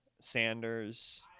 Sanders